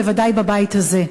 בוודאי בבית הזה,